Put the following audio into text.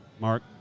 Mark